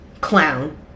Clown